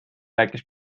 rääkis